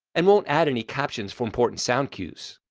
and won't add any captions for important sound cues.